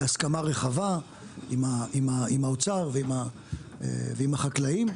בהסכמה רחבה עם האוצר ועם החקלאים.